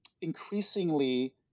increasingly